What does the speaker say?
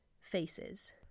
faces